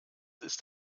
ist